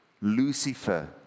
Lucifer